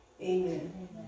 Amen